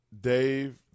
Dave